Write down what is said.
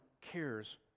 cares